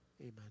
Amen